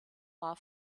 war